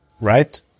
right